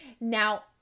Now